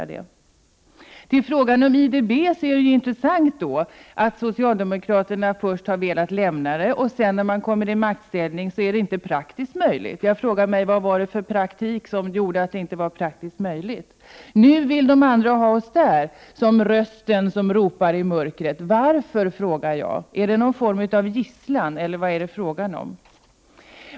När det gäller frågan om IDB är det intressant att socialdemokraterna först har velat lämna den för att sedan när man kommer i maktställning komma fram till att det inte är praktiskt möjligt. Jag frågar mig: Vad var det för praktik som gjorde att det inte var praktiskt möjligt? Nu vill socialdemokraterna ha oss där, som rösten som ropar i mörkret. Varför, frågar jag. Är det någon form av gisslan, eller vad är det frågan om?